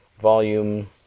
volume